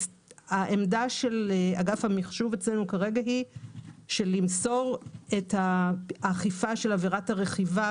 שהעמדה של אגף המחשוב אצלנו כרגע היא שלמסור את האכיפה של עבירת הרכיבה